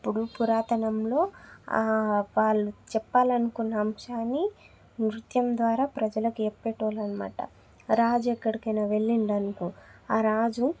అప్పుడు పురాతనంలో వాళ్ళు చెప్పాలనుకున్న అంశాన్ని నృత్యం ద్వారా ప్రజలకి చెప్పేవాళ్ళు అన్నమాట రాజు ఎక్కడికైనా వెళ్ళాడు అనుకో ఆ రాజు